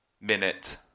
minute